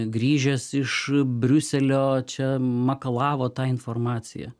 grįžęs iš briuselio čia makalavo tą informaciją